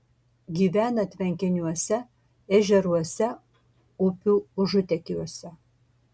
gyvena tvenkiniuose ežeruose upių užutėkiuose